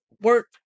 work